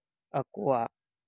ᱟᱠᱚᱣᱟᱜ